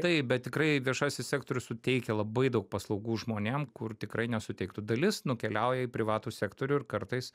taip bet tikrai viešasis sektorius suteikia labai daug paslaugų žmonėm kur tikrai nesuteiktų dalis nukeliauja į privatų sektorių ir kartais